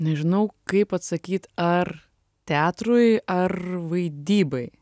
nežinau kaip atsakyt ar teatrui ar vaidybai